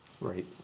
Right